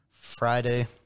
Friday